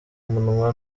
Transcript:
munwa